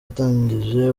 watangije